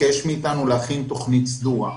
ביקש מאתנו להכין תכנית סדורה.